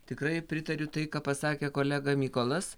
tikrai pritariu tai ką pasakė kolega mykolas